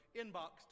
inbox